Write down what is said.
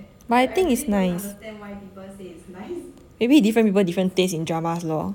but I think it's nice maybe different people different taste in dramas lor